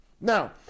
Now